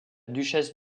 duchesse